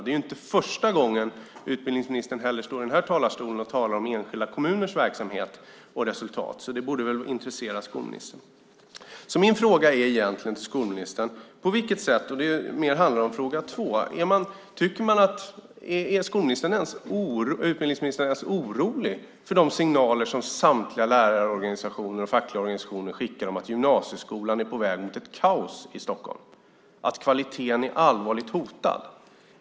Det är inte första gången utbildningsministern står i talarstolen och talar om enskilda kommuners verksamhet och resultat, så det borde väl intressera skolministern. Är utbildningsministern ens orolig för de signaler som samtliga lärarorganisationer och fackliga organisationer skickar om att gymnasieskolorna i Stockholm är på väg mot kaos och att kvaliteten är allvarligt hotad?